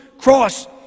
cross